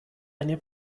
eine